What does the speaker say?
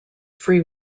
free